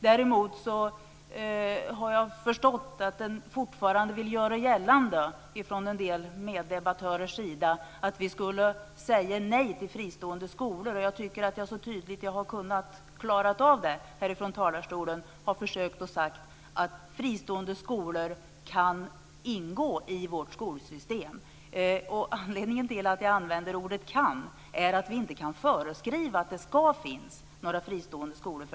Däremot har jag förstått att man från en del meddebattörers sida fortfarande vill göra gällande att vi skulle säga nej till fristående skolor. Jag tycker att jag så tydligt jag har kunnat härifrån talarstolen har försökt säga att fristående skolor kan ingå i vårt skolsystem. Anledningen till att jag använder ordet "kan" är att vi inte kan föreskriva att det ska finnas fristående skolor.